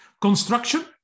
construction